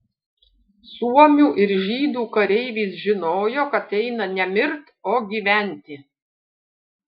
suomių ir žydų kareivis žinojo kad eina ne mirt o gyventi